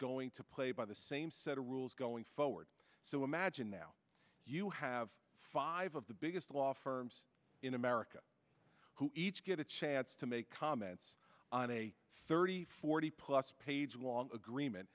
going to play by the same set of rules going forward so imagine now you have five of the biggest law firms in america who each get a chance to make comments on a thirty forty plus page long agreement